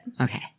Okay